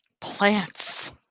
plants